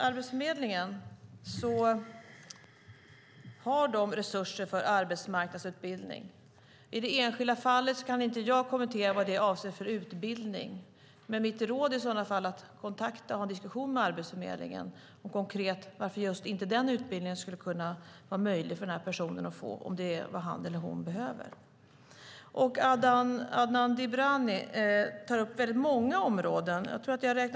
Arbetsförmedlingen har resurser för arbetsmarknadsutbildning. I det enskilda fallet kan jag inte kommentera vilken utbildning som avses, men mitt råd är att kontakta Arbetsförmedlingen för en diskussion om varför det inte är möjligt att ge en viss utbildning för en person om det är vad han eller hon behöver. Adnan Dibrani tar upp många områden.